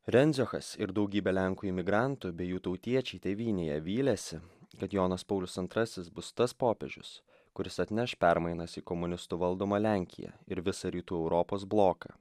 rendziochas ir daugybė lenkų imigrantų bei jų tautiečiai tėvynėje vylėsi kad jonas paulius antrasis bus tas popiežius kuris atneš permainas į komunistų valdomą lenkiją ir visą rytų europos bloką